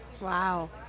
wow